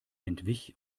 entwich